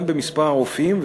גם במספר הרופאים.